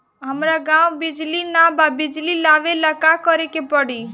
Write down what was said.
हमरा गॉव बिजली न बा बिजली लाबे ला का करे के पड़ी?